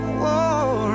war